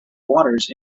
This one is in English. waters